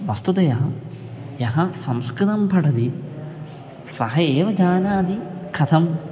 वस्तुतया यः संस्कृतं पठति सः एव जानाति कथम्